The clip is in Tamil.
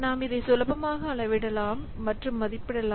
நாம் இதை சுலபமாக அளவிடலாம் மற்றும் மதிப்பிடலாம்